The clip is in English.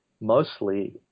mostly